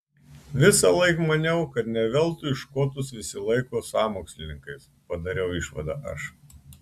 visąlaik maniau kad ne veltui škotus visi laiko sąmokslininkais padariau išvadą aš